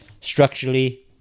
structurally